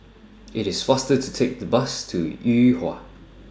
IT IS faster to Take The Bus to Yuhua